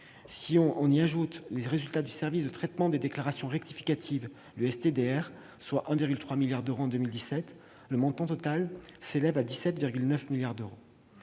Si l'on y ajoute les résultats du service de traitement des déclarations rectificatives, le STDR, soit 1,3 milliard d'euros en 2017, ce montant total s'élève même à 17,9 milliards d'euros.